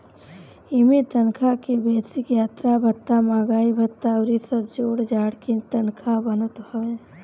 इमें तनखा के बेसिक, यात्रा भत्ता, महंगाई भत्ता अउरी जब जोड़ जाड़ के तनखा बनत हवे